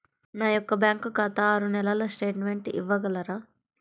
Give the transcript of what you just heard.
నా యొక్క బ్యాంకు ఖాతా ఆరు నెలల స్టేట్మెంట్ ఇవ్వగలరా?